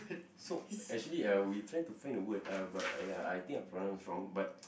so actually uh we trying to find the word uh but !aiya! I think I pronounce wrong but